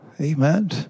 Amen